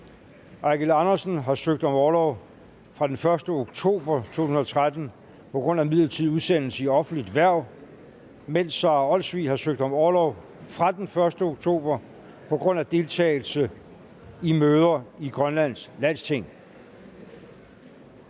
Eigil Andersen (SF) har søgt om orlov fra den 1. oktober 2013 på grund af midlertidig udsendelse i offentligt hverv, mens Sara Olsvig (IA) har søgt om orlov fra den 1. oktober 2013 på grund af deltagelse i møder i Grønlands Landsting.